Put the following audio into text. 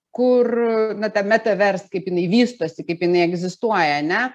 kur na ta metavers kaip jinai vystosi kaip jinai egzistuoja ane